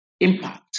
impact